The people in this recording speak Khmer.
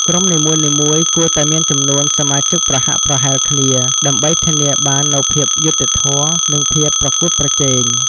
ក្រុមនីមួយៗគួរតែមានចំនួនសមាជិកប្រហាក់ប្រហែលគ្នា ដើម្បីធានាបាននូវភាពយុត្តិធម៌ និងភាពប្រកួតប្រជែង។